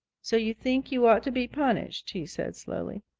so you think you ought to be punished, he said slowly.